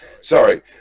Sorry